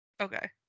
Okay